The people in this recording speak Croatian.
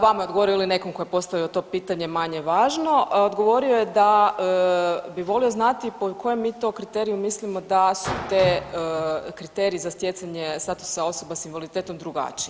Vama je odgovorio ili nekom tko je postavio to pitanje manje važno, odgovorio je da bi volio znati po kojem mi to kriteriju mislimo da su ti kriteriji za stjecanje statusa osoba sa invaliditetom drugačiji?